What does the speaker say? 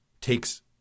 takes